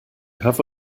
have